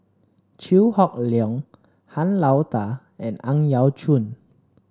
Chew Hock Leong Han Lao Da and Ang Yau Choon